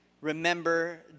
Remember